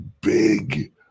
big